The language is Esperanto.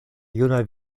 juna